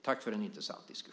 Tack för en intressant debatt!